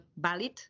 valid